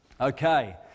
okay